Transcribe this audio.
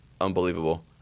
unbelievable